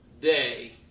day